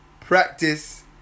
practice